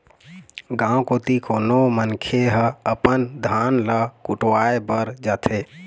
गाँव कोती कोनो मनखे ह अपन धान ल कुटावय बर जाथे